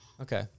Okay